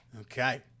okay